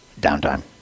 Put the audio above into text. downtime